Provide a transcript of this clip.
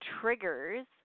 triggers